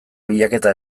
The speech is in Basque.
bilaketa